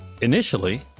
Initially